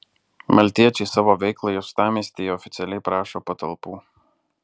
maltiečiai savo veiklai uostamiestyje oficialiai prašo patalpų